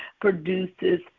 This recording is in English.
produces